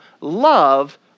love